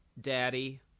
daddy